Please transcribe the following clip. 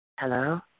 Hello